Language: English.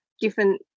given